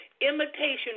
imitation